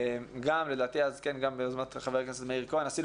גם ביוזמת חבר הכנסת מאיר כהן עשינו